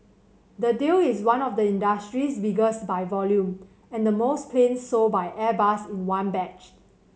the deal is one of the industry's biggest by volume and the most planes sold by Airbus in one batch